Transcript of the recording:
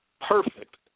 perfect